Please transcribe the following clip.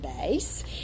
base